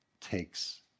takes